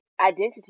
identity